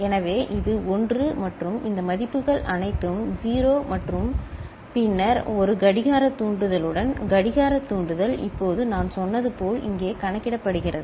எனவே இது 1 மற்றும் இந்த மதிப்புகள் அனைத்தும் 0 மற்றும் பின்னர் ஒரு கடிகார தூண்டுதலுடன் கடிகார தூண்டுதல் இப்போது நான் சொன்னது போல் இங்கே கணக்கிடப்படுகிறது